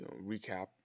recap